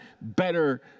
better